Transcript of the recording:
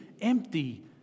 empty